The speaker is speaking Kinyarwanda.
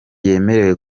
yemerewe